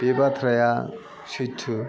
बे बाथ्राया सैथो